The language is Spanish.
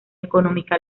económica